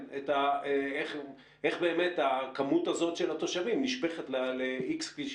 איך באמת הכמות הזאת של התושבים נשפכת ל-X כבישים.